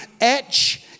etch